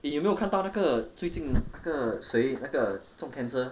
你有没有看到那个最近那个谁那个中 cancer